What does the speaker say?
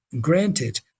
granted